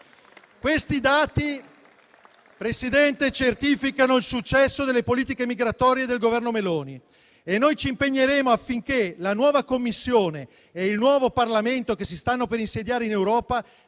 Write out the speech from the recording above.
Presidente, certificano il successo delle politiche migratorie del Governo Meloni. E noi ci impegneremo affinché la nuova Commissione e il nuovo Parlamento che si stanno per insediare in Europa